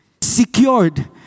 secured